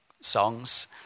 songs